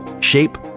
shape